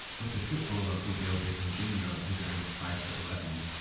with the footballer, odell beckham jr, whose around five foot eleven,